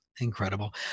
Incredible